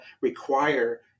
require